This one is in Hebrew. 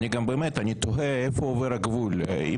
אני תוהה איפה עובר הגבול,